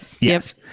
yes